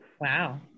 Wow